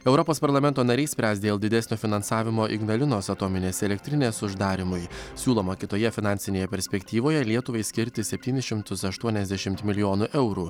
europos parlamento nariai spręs dėl didesnio finansavimo ignalinos atominės elektrinės uždarymui siūloma kitoje finansinėje perspektyvoje lietuvai skirti septynis šimtus aštuoniasdešimt milijonų eurų